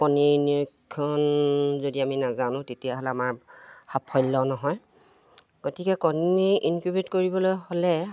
কণীৰ নিৰীক্ষণ যদি আমি নাজানোঁ তেতিয়াহ'লে আমাৰ সাফল্য নহয় গতিকে কণী ইনকিউবেট কৰিবলৈ হ'লে